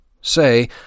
Say